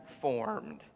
formed